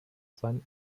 sein